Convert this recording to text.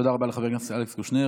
תודה רבה לחבר הכנסת אלכס קושניר.